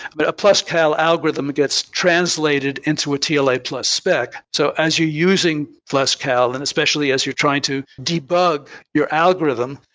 but a pluscal algorithm gets translated into a tla plus spec. so as you're using pluscal, and especially as you're trying to debug your algorithm,